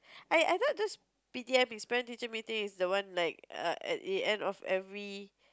ya I thought just P_T_M is parent teacher meeting is the one like err at the end of every